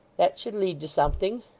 that should lead to something.